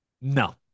No